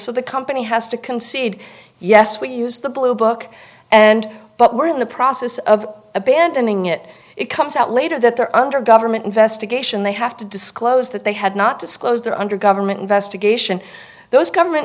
so the company has to concede yes we use the blue book and but we're in the process of abandoning it it comes out later that they're under government investigation they have to disclose that they had not disclosed their under government investigation those government